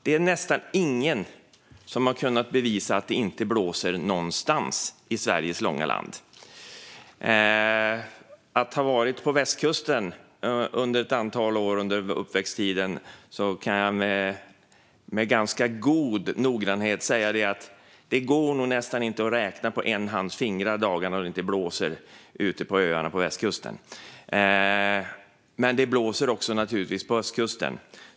Det är ingen som har kunnat bevisa att det finns ställen där det inte alls blåser i Sveriges avlånga land. Jag, som har varit på västkusten under ett antal år under uppväxttiden, kan med ganska god noggrannhet säga att det går att räkna de dagar då det inte blåser ute på öarna på västkusten på den ena handens fingrar. Men det blåser naturligtvis också på östkusten.